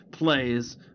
Plays